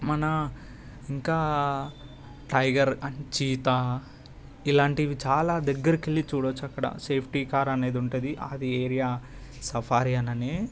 మన ఇంకా tiger cheetah ఇలాంటివి చాలా దగ్గరికి వెళ్ళి చూడొచ్చు అక్కడ సేఫ్టీ కార్ అనేది ఉంటుంది అది ఏరియా సఫారి అని